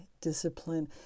discipline